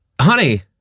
honey